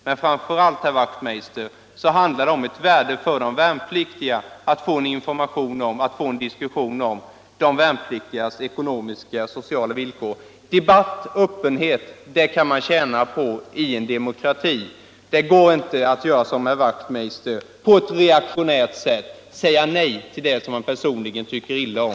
Men framför allt, herr Wachtmeister, handlar det om ett värde för de värnpliktiga att få information och en diskussion om de värnpliktigas ekonomiska och sociala villkor. Debatt och öppenhet kan man tjäna på i en demokrati. Det går inte att göra som herr Wachtmeister att på ett reaktionärt sätt säga nej till det som han personligen tycker illa om.